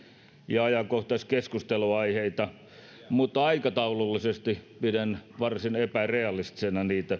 ja ajankohtaisia keskustelunaiheita mutta aikataulullisesti pidän niitä varsin epärealistisina